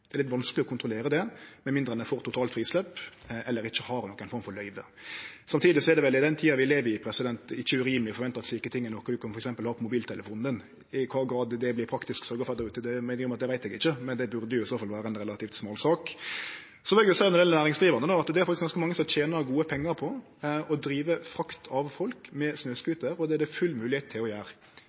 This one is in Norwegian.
Det er litt vanskeleg å kontrollere det med mindre ein er for totalt frislepp eller at ein ikkje har noka form for løyve. Samtidig er det vel i den tida vi lever i, ikkje urimeleg å forvente at slike ting er noko ein f.eks. kan ha på mobiltelefonen. I kva grad det praktisk vert sørgja for at det kan skje, veit eg ikkje, men det burde i så fall vere ei relativt smal sak. Når det gjeld dei sjølvstendig næringsdrivande, er det veldig mange som tener gode pengar på å drive frakt av folk med snøscooter, og det er det fullt mogleg å gjere.